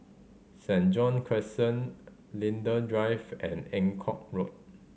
Saint John Crescent Linden Drive and Eng Kong Road